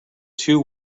two